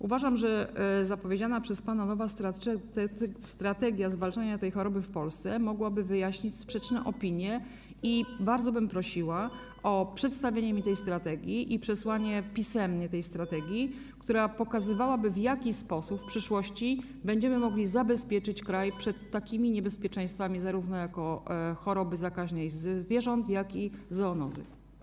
Uważam, że zapowiedziana przez pana nowa strategia zwalczania tej choroby w Polsce mogłaby wyjaśnić sprzeczne opinie i bardzo bym prosiła o przedstawienie mi i przesłanie pisemnie tej strategii, która pokazywałaby, w jaki sposób w przyszłości będziemy mogli zabezpieczyć kraj przed niebezpieczeństwami zarówno choroby zakaźnej zwierząt jak i zoonozy.